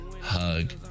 Hug